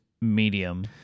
medium